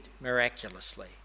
miraculously